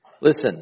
listen